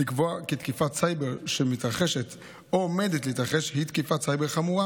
לקבוע כי תקיפת סייבר שמתרחשת או עומדת להתרחש היא תקיפת סייבר חמורה,